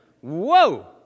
Whoa